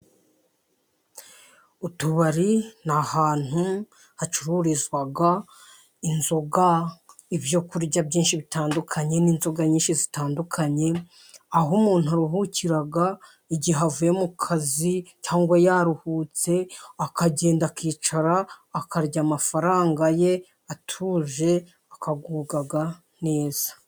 Utubari ni ahantu hacururizwa inzoga， ibyo kurya byinshi bitandukanye， n'inzoga nyinshi zitandukanye， aho umuntu aruhukira igihe avuye mu kazi， cyangwa yaruhutse，akagenda akicara， akarya amafaranga ye atuje， akagubwa neza.